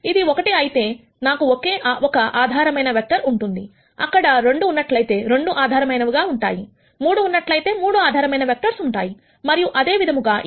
ఇది 1 అయితే నాకు ఒకే ఒక ఆధారమైన వెక్టర్ ఉంటుంది అక్కడ 2 ఉన్నట్లయితే 2 ఆధారమైనవెక్టర్స్ ఉంటాయి 3 అయితే అక్కడ3 ఆధారమైనవెక్టర్స్ ఉంటాయి మరియు అదే విధంగా